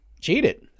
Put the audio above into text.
Cheated